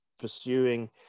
pursuing